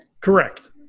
Correct